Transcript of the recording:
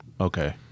Okay